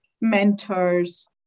mentors